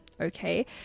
Okay